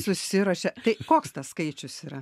susiruošia tai koks tas skaičius yra